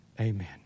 Amen